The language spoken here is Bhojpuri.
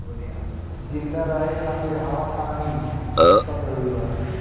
जिंदा रहे खातिर हवा आ पानी सब जरूरी बा